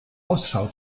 ausschau